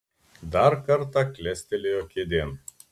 dar kartą klestelėjo kėdėn